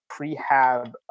prehab